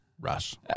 rush